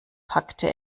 packte